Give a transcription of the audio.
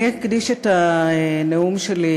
אני אקדיש את הנאום שלי,